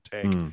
take